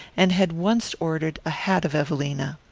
and had once ordered a hat of evelina.